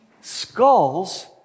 skulls